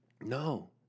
No